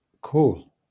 Cool